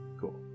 Cool